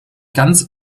ganz